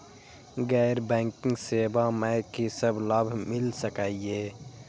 गैर बैंकिंग सेवा मैं कि सब लाभ मिल सकै ये?